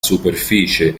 superficie